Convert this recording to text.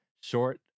short